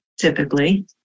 typically